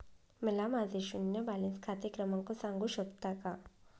मला माझे शून्य बॅलन्स खाते क्रमांक सांगू शकता का?